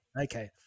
okay